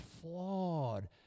flawed